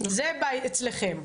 והם אצלכם.